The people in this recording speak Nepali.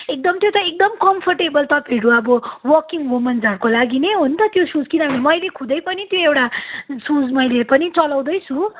एकदम त्यो त एकदम कम्फर्टेबल तपाईँहरू अब वार्किङ हुमन्सहरूको लागि नै हो न त त्यो सुज किभने मैले खुदै पनि एउटा सू मैले पनि चलाउँदै छु